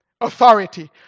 authority